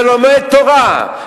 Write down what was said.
ולומד תורה,